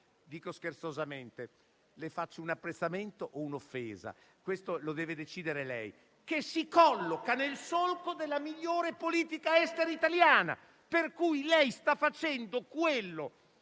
dico scherzosamente, un apprezzamento o un'offesa, deve decidere lei - si colloca nel solco della migliore politica estera italiana, per cui lei sta facendo quello